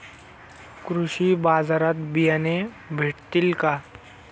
कृषी बाजारात बियाणे भेटतील का?